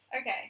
Okay